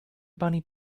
bunny